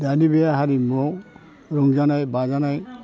दानि बे हारिमुआव रंजानाय बाजानाय